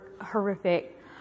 horrific